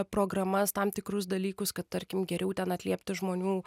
programas tam tikrus dalykus kad tarkim geriau ten atliepti žmonių